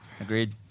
Agreed